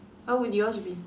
how would yours be